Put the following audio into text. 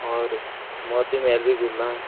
और मोती महल भी घूमना है